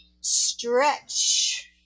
stretch